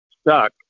stuck